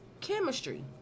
chemistry